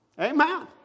Amen